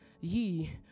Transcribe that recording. ye